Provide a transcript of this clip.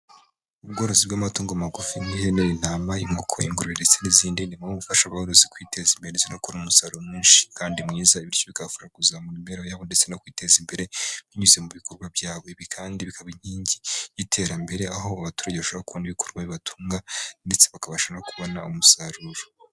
Ubworozi bw'amatungo magufi nk'ihene, intama, inkoko ,ingurube ndetse n'izindi. Nibwo bufasha abarozi kwiteza imbere zinakora umusaruro mwinshi kandi mwiza bityo bikabafasha kuzamura imibereho yabo ndetse no kwiteza imbere binyuze mu bikorwa byabo. Ibi kandi bikaba inkingi y'iterambere aho abaturage bashobora kubona ibikorwa bibatunga ndetse bakabasha no kubona umusaruro.